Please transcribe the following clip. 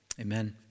amen